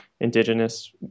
Indigenous